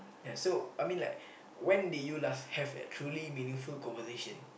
yeah so I mean like when did you last have a truly meaningful conversation